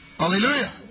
Hallelujah